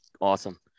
awesome